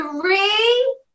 Three